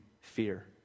fear